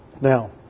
Now